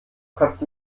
kotzt